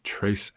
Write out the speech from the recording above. trace